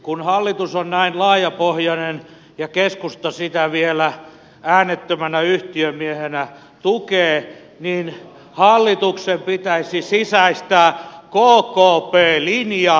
kun hallitus on näin laajapohjainen ja keskusta sitä vielä äänettömänä yhtiömiehenä tukee niin hallituksen pitäisi sisäistää kkp linja